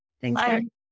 thanks